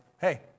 hey